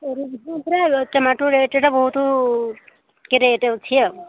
tomato rate ଟା ବହୁତ ଟିକେ ରେଟ୍ ଅଛି ଆଉ